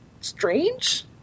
strange